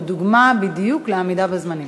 הוא דוגמה בדיוק לעמידה בזמנים.